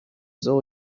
saw